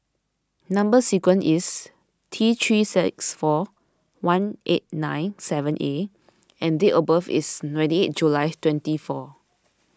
Number Sequence is T three six four one eight nine seven A and date of birth is ready July twenty four